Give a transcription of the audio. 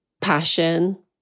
passion